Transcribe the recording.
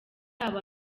aba